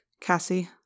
Cassie